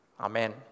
Amen